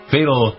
Fatal